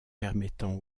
permettant